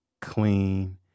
clean